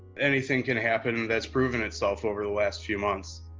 anything can happen that's proven itself over the last few months.